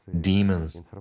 demons